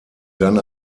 dann